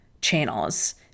channels